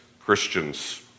Christians